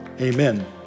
Amen